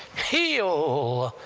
heal!